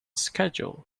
schedule